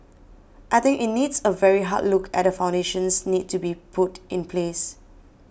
I think it needs a very hard look at the foundations need to be put in place